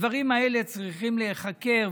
הדברים האלה צריכים להיחקר,